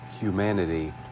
humanity